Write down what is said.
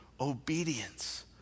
obedience